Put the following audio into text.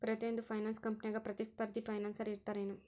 ಪ್ರತಿಯೊಂದ್ ಫೈನಾನ್ಸ ಕಂಪ್ನ್ಯಾಗ ಪ್ರತಿಸ್ಪರ್ಧಿ ಫೈನಾನ್ಸರ್ ಇರ್ತಾರೆನು?